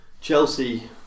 Chelsea